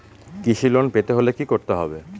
কৃষি লোন পেতে হলে কি করতে হবে?